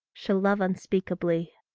shall love unspeakably.